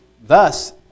thus